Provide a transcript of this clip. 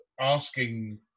asking